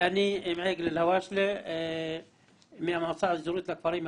אני מעיגל אלהואשלה מהמועצה האזורית לכפרים הבלתי-מוכרים.